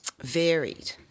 varied